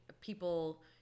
people